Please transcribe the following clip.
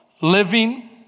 living